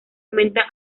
aumenta